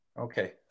okay